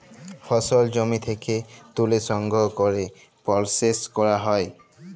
ফসল জমি থ্যাকে ত্যুলে সংগ্রহ ক্যরে পরসেস ক্যরা হ্যয়